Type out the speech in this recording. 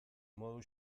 modu